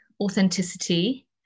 authenticity